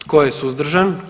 Tko je suzdržan?